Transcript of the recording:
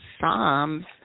Psalms